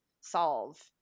solve